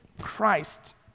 Christ